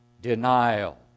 denial